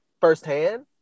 firsthand